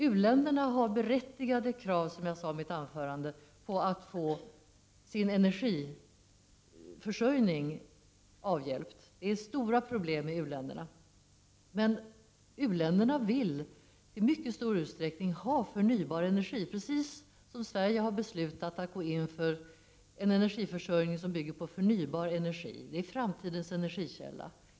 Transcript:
U-länderna har berättigade krav, som jag sade i mitt anförande, på att få sin energiförsörjning tryggad. Det är stora problem för dem. Men u-länderna vill i mycket stor utsträckning ha förnybar energi, precis som vi i Sverige har beslutat att gå in för en energiförsörjning som bygger på förnybar energi. Det är framtidens energikälla.